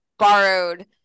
borrowed